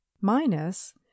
minus